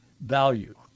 value